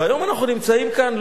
והיום אנחנו נמצאים כאן,